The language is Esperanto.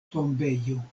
tombejo